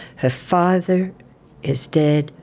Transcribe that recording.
her father is dead,